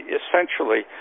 essentially